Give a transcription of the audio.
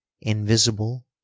invisible